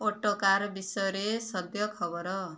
ଓଟକାର୍ ବିଷୟରେ ସଦ୍ୟ ଖବର